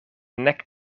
nek